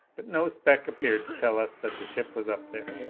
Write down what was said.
but no speck appeared to tell us that the ship was up there.